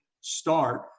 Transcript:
start